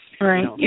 Right